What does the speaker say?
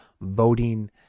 voting